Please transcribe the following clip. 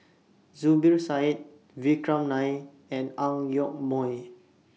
Zubir Said Vikram Nair and Ang Yoke Mooi